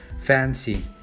fancy